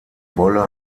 wolle